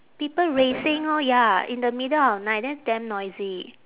people racing orh ya in the middle of night that's damn noisy